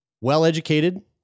well-educated